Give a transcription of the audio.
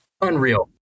unreal